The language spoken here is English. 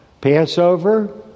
Passover